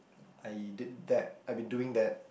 I did that I've been doing that